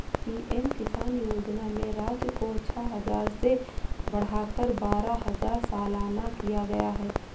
PM Kisan योजना में राशि को छह हजार से बढ़ाकर बारह हजार सालाना किया गया है